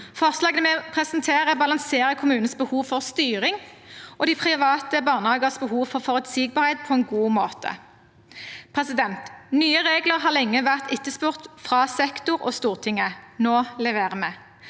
Forslagene vi presenterer, balanserer kommunenes behov for styring og de private barnehagenes behov for forutsigbarhet på en god måte. Nye regler har lenge vært etterspurt fra sektoren og Stortinget. Nå leverer vi.